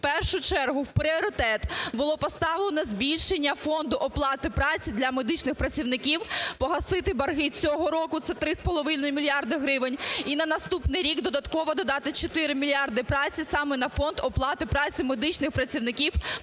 в першу чергу, в пріоритет було поставлено збільшення фонду оплати праці для медичних працівників погасити борги цього року, це 3,5 мільярда гривень, і на наступний рік додатково додати 4 мільярди саме на фонд оплати праці медичних працівників